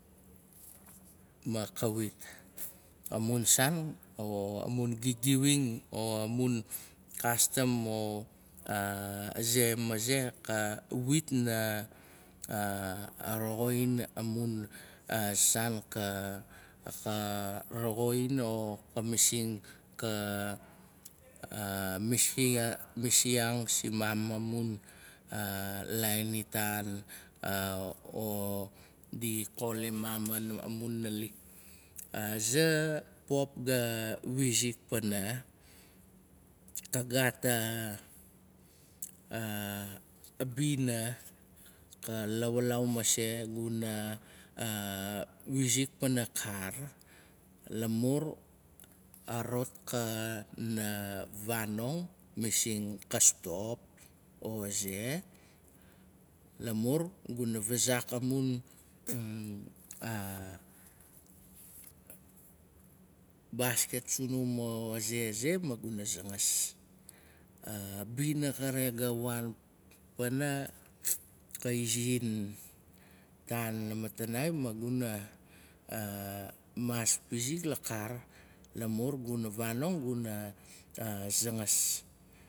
Ma kawit, a mun, saan o amun gigiving o amun kastam o maze, maze, kawit na roxin amun saan ka roxin a kamising ka- kamasing simaan amun lain itan o di kolim maam amun nalik. Aza pap ga wizik pana ka gaat a bina, ka lawbaau mase, guna wizik pana kaar. Lamur a rot gana vaanong, masing ka stop o ze, lamur guna vazaak amun basket sunumo aze, aze ma guna zangas. A na xare ga waan pana, ka izi itan namatanai, maguna maas pizik la kaar. Lamur guna vanong, guna zangas.